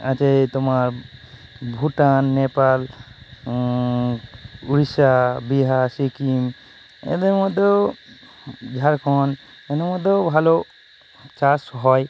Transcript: আছে তোমার ভুটান নেপাল উড়িষ্যা বিহার সিকিম এদের মধ্যেও ঝাড়খন্ড এদের মধ্যেও ভালো চাষ হয়